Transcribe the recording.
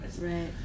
Right